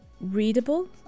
readable